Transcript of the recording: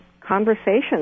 conversations